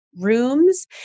rooms